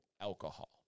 alcohol